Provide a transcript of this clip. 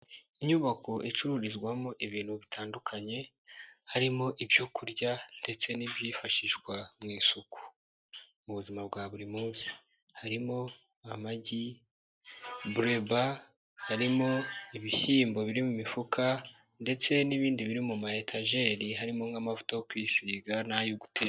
Inyubako icururizwamo ibintu bitandukanye, harimo ibyo kurya ndetse n'ibyifashishwa mu isuku mu buzima bwa buri munsi, harimo amagi, buleba, harimo ibishyimbo biri mu mifuka ndetse n'ibindi biri mu ma etajeri, harimo nk'amavuta yo kwisiga n'ayo guteka.